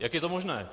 Jak je to možné?